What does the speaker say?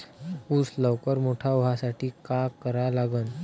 ऊस लवकर मोठा व्हासाठी का करा लागन?